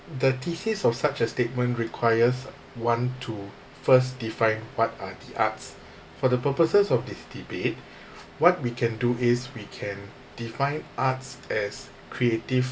the thesis of such a statement requires one to first define what are the arts for the purposes of this debate what we can do is we can define arts as creative